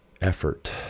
effort